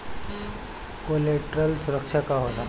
Collateral सुरक्षा का होला?